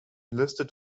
listed